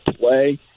play